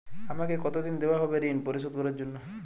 আমাকে কতদিন দেওয়া হবে ৠণ পরিশোধ করার জন্য?